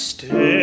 Stay